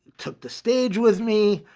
took the stage with me.